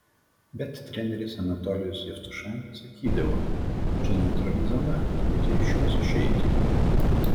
bet treneris anatolijus jevtušenka sakydavo čia neutrali zona turite iš jos išeiti